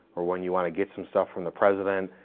or when you wanna get some stuff from the president,